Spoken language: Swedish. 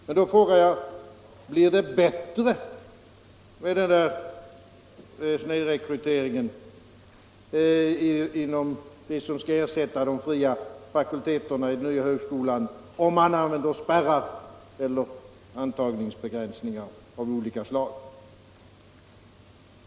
Men blir snedrekryteringen mindre inom det som skall ersätta de fria fakulteterna i den nya högskolan om man använder spärrar eller antagningsbegränsningar av olika slag?